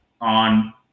on